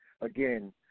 again